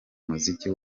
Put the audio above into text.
muziki